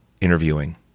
interviewing